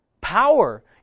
Power